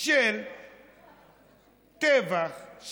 של טבח,